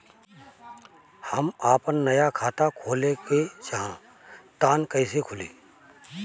हम आपन नया खाता खोले के चाह तानि कइसे खुलि?